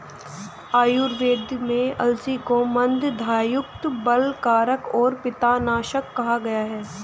आयुर्वेद में अलसी को मन्दगंधयुक्त, बलकारक और पित्तनाशक कहा गया है